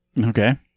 Okay